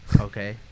okay